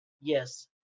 yes